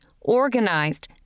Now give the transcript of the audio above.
organized